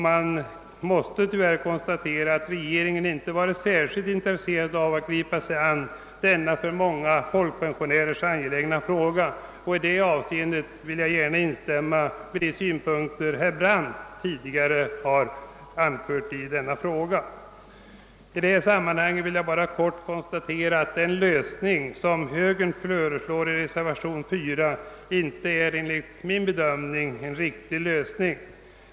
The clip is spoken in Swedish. Man måste konstatera att regeringen tyvärr inte varit särskilt intresserad av att gripa sig an denna för många folkpensionärer så viktiga fråga. I det avseendet vill jag gärna instämma i de synpunkter som herr Brandt tidigare har anfört i frågan. I detta sammanhang vill jag bara helt kort konstatera, att den lösning som högern föreslår i reservation nr 4 enligt vår bedömning inte är någon riktig lösning.